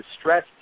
stress